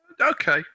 Okay